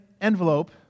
envelope